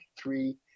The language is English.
three